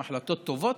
הן החלטות טובות,